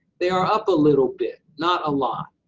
they are up a little bit. not a lot.